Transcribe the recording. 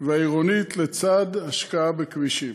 והעירונית לצד ההשקעה בכבישים,